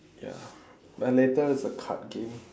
ya but later it's the card game